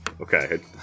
Okay